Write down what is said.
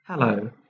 Hello